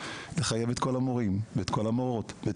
לחייב את כל המורים ואת כל המורות ואת